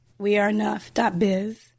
weareenough.biz